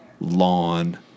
lawn